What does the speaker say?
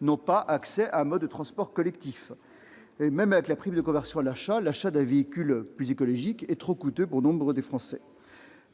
n'ont pas accès à un mode de transport collectif. Même avec la prime à la conversion, l'achat d'un véhicule écologique reste trop coûteux pour nombre de Français.